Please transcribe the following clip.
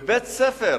בבתי-ספר,